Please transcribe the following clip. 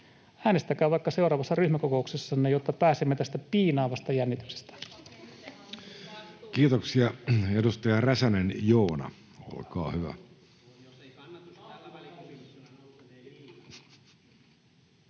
Äänestäkää vaikka seuraavassa ryhmäkokouksessanne, jotta pääsemme tästä piinaavasta jännityksestä. [Jaana Strandman: Te itse